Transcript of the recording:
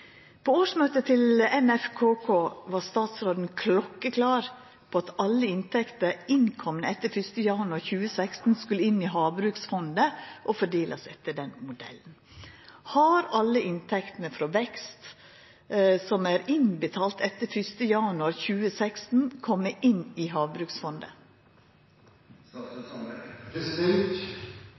På årsmøtet til NFKK var statsråden klokkeklar på at alle inntekter innkomne etter 1. januar 2016 skulle inn i havbruksfondet og fordelast etter den modellen. Har alle inntektene frå vekst som er innbetalte etter 1. januar 2016, kome inn i